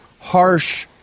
harsh